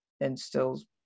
instills